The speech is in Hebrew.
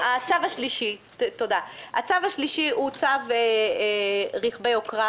הצו השלישי הוא צו רכבי יוקרה.